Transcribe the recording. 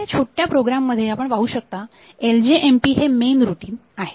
आता ह्या छोट्या प्रोग्राम मध्ये आपण पाहू शकता LJMP हे मेन रुटीन आहे